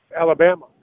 Alabama